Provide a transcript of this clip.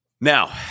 now